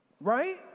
Right